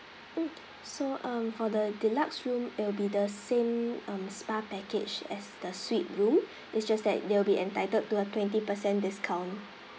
mm so um for the deluxe room it'll be the same um spa package as the suite room it's just that you'll be entitled to a twenty percent discount